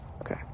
Okay